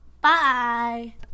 Bye